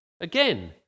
Again